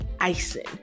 icing